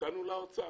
והמתנו לאוצר.